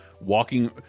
walking